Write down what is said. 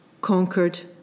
conquered